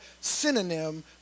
synonym